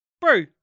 Bro